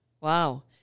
Wow